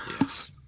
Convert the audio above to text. Yes